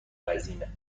وزینه